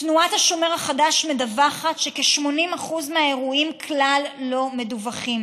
תנועת השומר החדש מדווחת שכ-80% מהאירועים כלל לא מדווחים